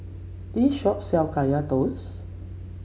this shop sells Kaya Toast